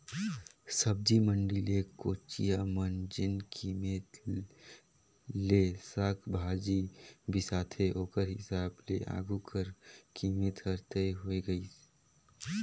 सब्जी मंडी ले कोचिया मन जेन कीमेत ले साग भाजी बिसाथे ओकर हिसाब ले आघु कर कीमेत हर तय होए गइस